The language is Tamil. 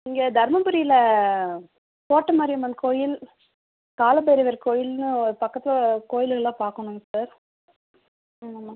இங்கே தர்மபுரியில் கோட்டை மாரியம்மன் கோவில் கால பைரவர் கோவில்னு ஒரு பக்கத்தில் கோவில்கள்லாம் பார்க்கணுங்க சார் ம் ஆமாம்